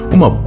Uma